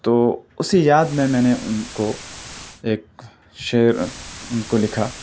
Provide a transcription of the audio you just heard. تو اسی یاد میں میں نے ان کو ایک شعر ان کو لکھا